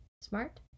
smart